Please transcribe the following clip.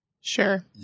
Sure